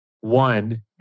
one